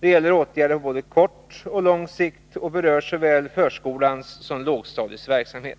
Det gäller åtgärder på både kort och lång sikt som berör såväl förskolans som lågstadiets verksamhet.